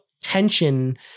tension